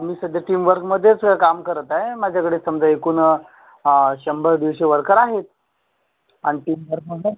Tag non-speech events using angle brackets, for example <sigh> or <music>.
मी सध्या टीमवर्कमधेच काम करत आहे माझ्याकडे समजा एकूण शंभर दीडशे वर्कर आहेत आणखी <unintelligible>